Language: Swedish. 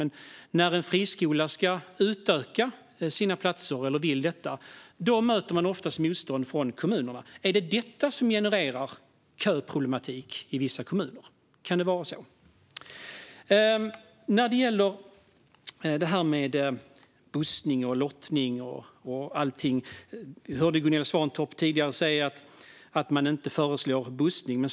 Men när en friskola ska utöka antalet platser, eller vill göra det, möter den oftast motstånd från kommunerna. Är det detta som genererar köproblematik i vissa kommuner? Kan det vara så? När det gäller det här med bussning och lottning hörde jag Gunilla Svantorp säga att man inte föreslår bussning.